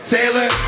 Taylor